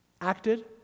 acted